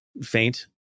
faint